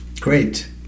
great